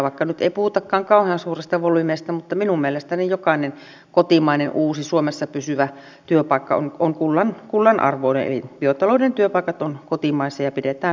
vaikka nyt ei puhutakaan kauhean suurista volyymeistä niin minun mielestäni jokainen kotimainen uusi suomessa pysyvä työpaikka on kullan arvoinen eli biotalouden työpaikat ovat kotimaisia ja pidetään siitä huoli